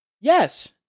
Yes